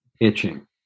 itching